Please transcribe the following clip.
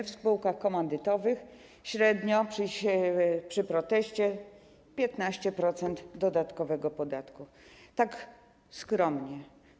W spółkach komandytowych średnio - przy proteście - 15% dodatkowego podatku, tak skromnie.